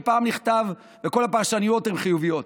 פעם נכתב וכל הפרשנויות הן חיוביות.